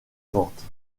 ventes